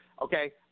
okay